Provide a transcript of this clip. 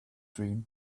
dream